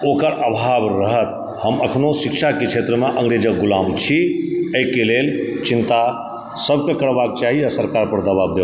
ओकर आभाव रहत हम एखनो शिक्षाके क्षेत्रमे अंग्रेजके गुलाम छी एहिके लेल चिन्ता सबकेँ करबाक चाही आओर सरकारपर दबाव देब